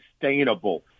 sustainable